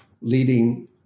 leading